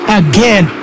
again